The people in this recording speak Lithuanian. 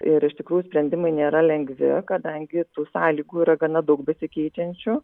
ir iš tikrųjų sprendimai nėra lengvi kadangi tų sąlygų yra gana daug besikeičiančių